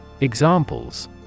Examples